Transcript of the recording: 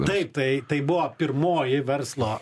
taip tai tai buvo pirmoji verslo